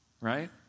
right